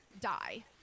die